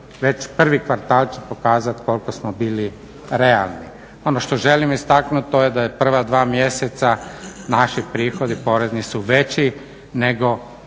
već prvi kvartal će pokazati koliko smo bili realni. Ono što želim istaknuti to je da je prva dva mjeseca naši prihodi porezni su veći nego